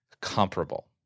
comparable